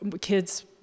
Kids